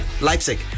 Leipzig